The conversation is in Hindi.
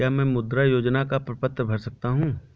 क्या मैं मुद्रा योजना का प्रपत्र भर सकता हूँ?